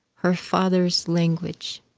her father's language.